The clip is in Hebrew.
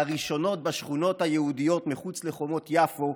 מהראשונות בשכונות היהודית מחוץ לחומות יפו,